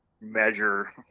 measure